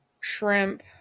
shrimp